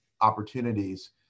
opportunities